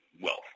wealth